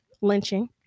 Lynching